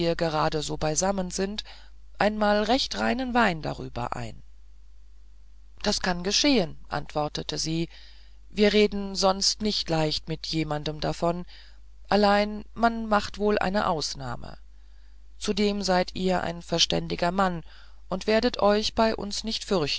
gerade so beisammen sind einmal recht reinen wein darüber ein das kann geschehen antwortete sie wir reden sonst nicht leicht mit jemandem davon allein man macht wohl eine ausnahme zudem seid ihr ein verständiger mann und werdet euch bei uns nicht